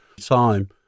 Time